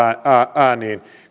ääniin